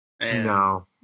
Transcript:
No